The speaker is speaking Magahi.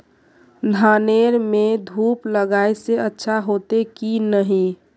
धानेर में धूप लगाए से अच्छा होते की नहीं?